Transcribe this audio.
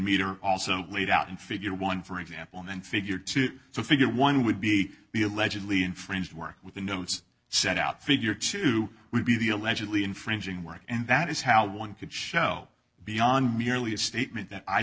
meter also laid out in figure one for example then figure two so figure one would be the allegedly infringed work with the notes set out figure two would be the allegedly infringing work and that is how one could show beyond merely a statement that i